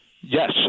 Yes